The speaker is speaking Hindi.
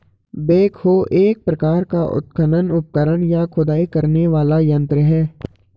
बेकहो एक प्रकार का उत्खनन उपकरण, या खुदाई करने वाला यंत्र है